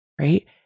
right